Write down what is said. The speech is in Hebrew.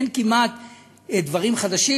אין כמעט דברים חדשים,